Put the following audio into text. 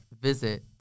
visit